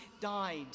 died